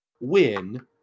win